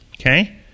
Okay